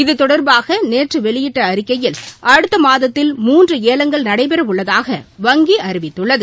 இது தொடர்பாக நேற்று வெளியிட்ட அறிக்கையில் அடுத்த மாதத்தில் மூன்று ஏலங்கள் நடைபெறவுள்ளதாக வங்கி அறிவித்துள்ளது